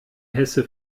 hesse